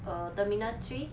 err terminal three